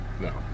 No